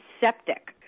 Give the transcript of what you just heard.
septic